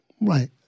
Right